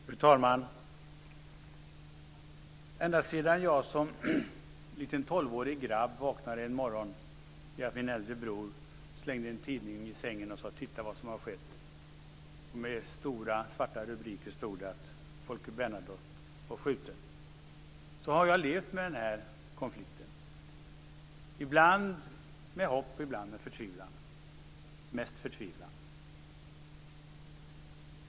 Fru talman! Som liten 12-årig grabb vaknade jag en morgon av att min äldre bror slängde en tidning i sängen och sade: Titta vad som har skett! Med stora, svarta rubriker stod det att Folke Bernadotte var skjuten. Ända sedan dess har jag levt med den här konflikten, ibland med hopp och ibland med förtvivlan, mest förtvivlan.